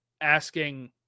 asking